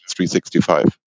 365